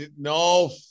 No